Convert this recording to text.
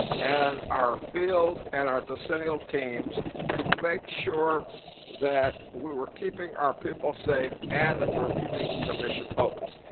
and our field and our decennial teams to make sure that we were keeping our people safe and that we were keeping the mission focus.